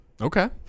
Okay